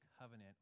covenant